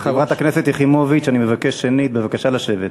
חברת הכנסת יחימוביץ, אני מבקש שנית, בבקשה לשבת.